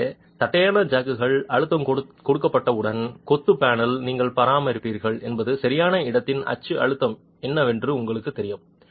எனவே தட்டையான ஜாக்குகள் அழுத்தம் கொடுக்கப்பட்டவுடன் கொத்து பேனலில் நீங்கள் பராமரிக்கிறீர்கள் என்பது சரியான இடத்தின் அச்சு அழுத்தம் என்னவென்று உங்களுக்குத் தெரியும்